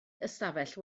ystafell